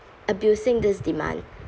abusing this demand